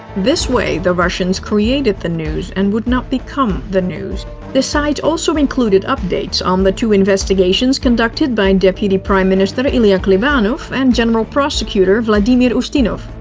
this way, the russians created the news, and would not become the news. the site also included updates on the two investigations conducted by deputy prime minister ilya ilya klebanov and general prosecutor vladimir ustinov.